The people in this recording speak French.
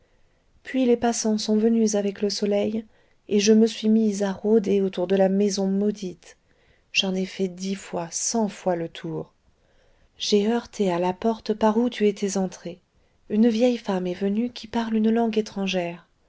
puis les passants sont venus avec le soleil et je me suis mise à rôder autour de la maison maudite j'en ai fait dix fois cent fois le tour j'ai heurté à la porte par où tu étais entré une vieille femme est venue qui parle une langue étrangère